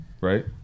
right